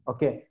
Okay